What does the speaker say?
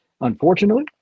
unfortunately